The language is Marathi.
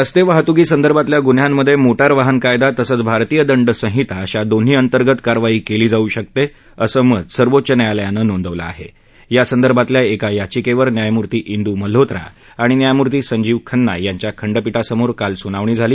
रस्तविहतुकी संदर्भातल्या गुन्ह्यांमध्यस्रीटार वाहन कायदा तसंच भारतीय दंड संहिता अशा दोन्हीअंतर्गत कारवाई कली जाऊ शकता असं मत सर्वोच्च न्यायालयान नोंदवल आह आंदर्भातल्या एका याचिक्के न्यायमूर्ती इंदू मल्होत्रा आणि न्यायमूर्ती संजीव खन्ना यांच्या खंडपीठासमोर काल सुनावणी झाली